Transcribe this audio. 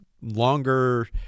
longer